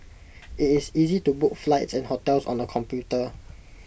IT is easy to book flights and hotels on the computer